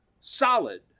solid